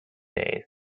days